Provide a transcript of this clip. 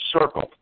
circle